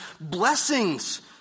blessings